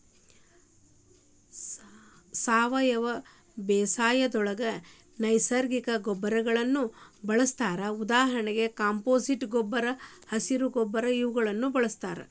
ಸಾವಯವ ಬೇಸಾಯದೊಳಗ ನೈಸರ್ಗಿಕ ಗೊಬ್ಬರಗಳನ್ನ ಬಳಸ್ತಾರ ಉದಾಹರಣೆಗೆ ಕಾಂಪೋಸ್ಟ್ ಗೊಬ್ಬರ, ಹಸಿರ ಗೊಬ್ಬರ ಇವುಗಳನ್ನ ಬಳಸ್ತಾರ